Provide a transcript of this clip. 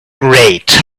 great